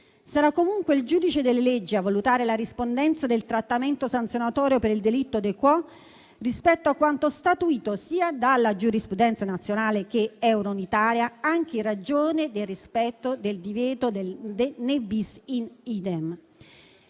Sarà comunque il giudice delle leggi a valutare la corrispondenza del trattamento sanzionatorio per il delitto *de quo* rispetto a quanto statuito dalla giurisprudenza sia nazionale sia eurounitaria, anche in ragione del rispetto del divieto *ne bis in idem.*